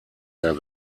der